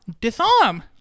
Disarm